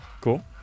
Cool